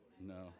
No